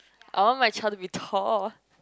I want my child to be tall